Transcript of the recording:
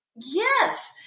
yes